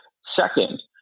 Second